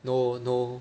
no no